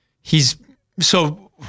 he's—so